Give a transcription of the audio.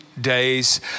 Days